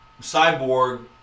Cyborg